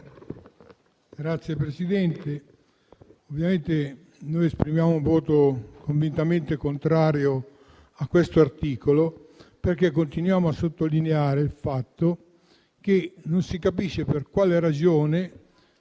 Signor Presidente, noi esprimiamo un voto convintamente contrario a questo articolo, perché continuiamo a sottolineare che non si capisce per quale ragione